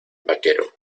vaquero